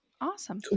Awesome